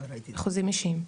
חוזים אישיים.